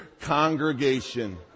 congregation